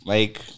Mike